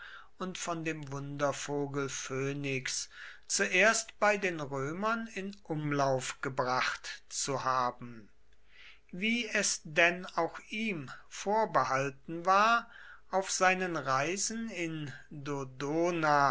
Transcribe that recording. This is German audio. und von dem wundervogel phönix zuerst bei den römern in umlauf gebracht zu haben wie es denn auch ihm vorbehalten war auf seinen reisen in dodona